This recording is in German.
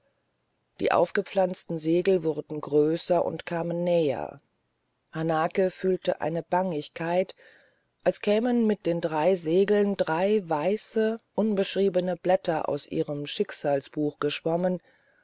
die aufgepflanzten segel wurden größer und kamen näher hanake fühlte eine bangigkeit als kämen mit den drei segeln drei weiße unbeschriebene blätter aus ihrem schicksalsbuch geschwommen